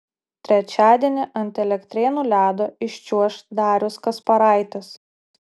trečiadienį ant elektrėnų ledo iščiuoš darius kasparaitis